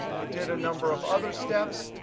it did a number of other steps.